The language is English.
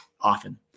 often